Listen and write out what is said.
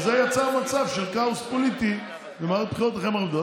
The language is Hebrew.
וזה יצר מצב של כאוס פוליטי ומערכת בחירות אחרי מערכת בחירות.